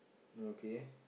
okay